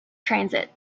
transit